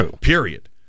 period